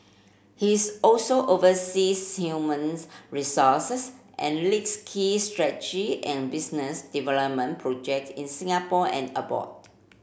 he's also oversees human resources and leads key and business development project in Singapore and abroad